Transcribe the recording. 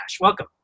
Welcome